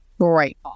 great